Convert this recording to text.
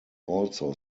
also